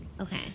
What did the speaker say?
Okay